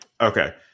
Okay